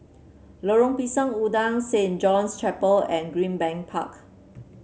Lorong Pisang Udang Saint John's Chapel and Greenbank Park